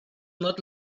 not